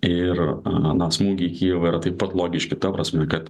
ir an an ant smūgį kijevą yra taip pat logiški ta prasme kad